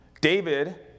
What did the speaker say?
david